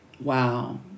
Wow